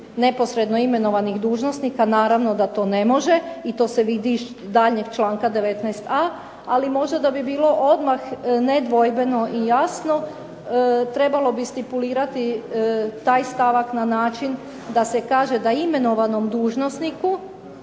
neposredno imenovanih dužnosnika. Naravno da to ne može i to se vidi iz daljnjeg članka, 19.a, ali možda da bi bilo odmah nedvojbeno i jasno trebalo bi stipulirati taj stavak na način da se kaže da imenovanom dužnosniku